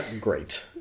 Great